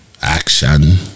action